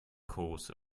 course